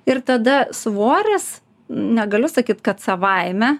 ir tada svoris negaliu sakyt kad savaime